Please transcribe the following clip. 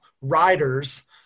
riders